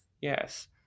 yes